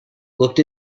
looked